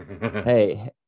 hey